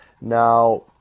Now